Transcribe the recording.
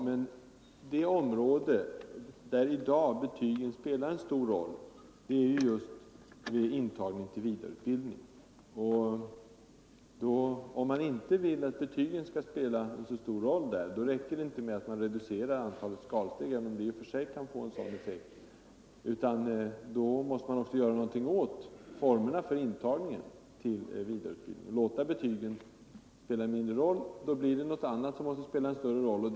Herr talman! Det område där betygen i dag spelar en stor roll är just vid intagning till vidareutbildning. Om man inte vill att betygen skall spela så stor roll där räcker det inte med att man reducerar antalet steg, även om det i och för sig kan verka i rätt riktning, utan då måste man också göra någonting åt formerna för intagningen till vidareutbildningen. Låter man betygen spela en mindre roll blir det något annat som måste få större betydelse.